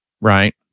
right